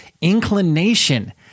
inclination